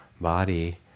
body